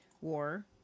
war